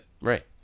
right